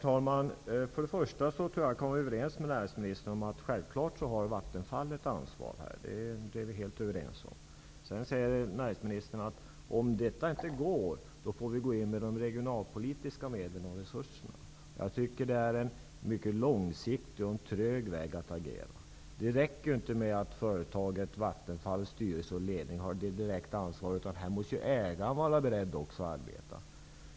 Herr talman! Näringsministern och jag kan vara överens om att Vattenfall självfallet har ett ansvar. Det är vi helt överens om. Sedan säger näringsministern att om detta inte går, får vi gå in med de regionalpolitiska medlen och resurserna. Det är en mycket långsiktig och trög väg att agera. Det räcker inte med att företaget Vattenfalls styrelse och ledning har det direkta ansvaret. Här måste ägaren vara beredd att arbeta.